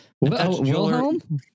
Wilhelm